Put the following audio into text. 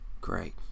Great